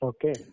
Okay